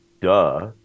Duh